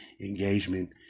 engagement